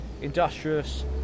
industrious